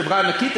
חברה ענקית,